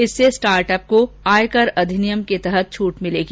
इससे स्टार्टअप को आयकर अधिनियम के तहत छूट मिलेगी